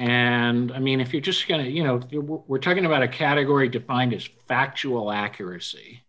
and i mean if you're just going to you know if you were talking about a category defined as factual accuracy